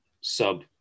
sub